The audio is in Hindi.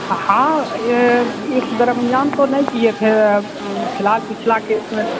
हाँ हाँ ये इस दरम्यान तो नहीं किए थे फिलहाल पिछला केस में